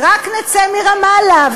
ורק נצא מרמאללה,